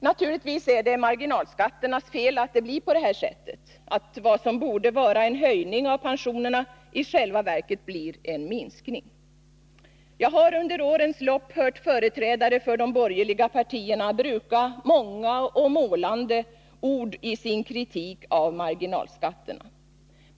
Naturligtvis är det marginalskatternas fel att det blir på detta sätt, att vad som borde vara en höjning av pensionerna i själva verket blir en sänkning. Jag har under årens lopp hört företrädare för de borgerliga partierna bruka många och målande ord i sin kritik av marginalskatterna.